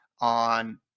on